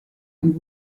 und